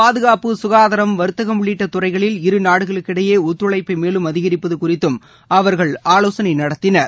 பாதுகாப்பு ககாதாரம் வர்த்தகம் உள்ளிட்ட துறைகளில் இருநாடுகளுக்கிடையே ஒத்துழைப்பு மேலும் அதிகரிப்பது குறித்தும் அவர்கள் ஆலோசனை நடத்தினர்